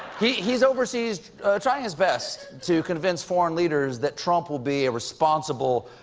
he he is overseas trying his best to convince foreign leaders that trump will be a responsible,